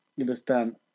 understand